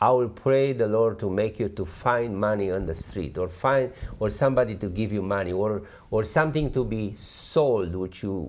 our pray the lord to make you to find money on the street or find or somebody to give you money water or something to be sold which you